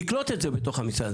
נקלוט את זה בתוך המשרד,